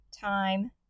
time